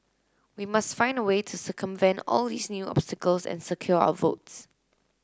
we must find a way to circumvent all these new obstacles and secure our votes